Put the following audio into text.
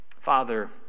father